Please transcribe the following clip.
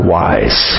wise